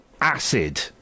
acid